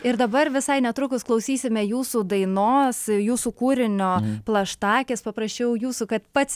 ir dabar visai netrukus klausysime jūsų dainos jūsų kūrinio plaštakės paprašiau jūsų kad pats